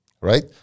right